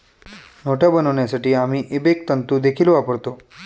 नोटा बनवण्यासाठी आम्ही इबेक तंतु देखील वापरतो